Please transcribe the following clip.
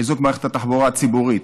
חיזוק מערכת התחבורה הציבורית,